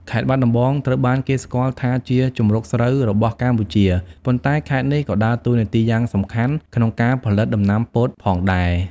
ខេត្តបាត់ដំបង ត្រូវបានគេស្គាល់ថាជា ជង្រុកស្រូវ របស់កម្ពុជា ប៉ុន្តែខេត្តនេះក៏ដើរតួនាទីយ៉ាងសំខាន់ក្នុងការផលិតដំណាំពោតផងដែរ។